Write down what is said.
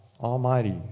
Almighty